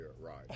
right